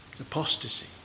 Apostasy